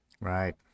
right